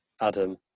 Adam